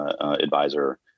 advisor